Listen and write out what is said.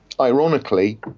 ironically